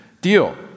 deal